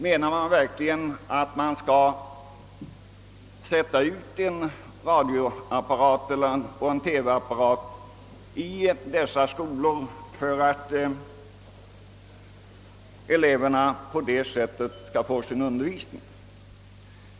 Menar de verkligen att vi skall sätta ut en radioapparat och en TV-apparat i dessa skolor för att eleverna på det sättet skall få sin undervisning?